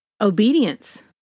Obedience